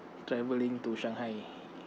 travelling to shanghai